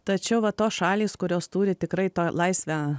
tačiau va tos šalys kurios turi tikrai tą laisvę